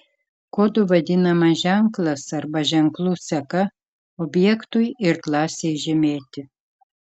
kodu vadinamas ženklas arba ženklų seka objektui ir klasei žymėti